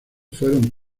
fueron